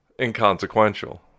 inconsequential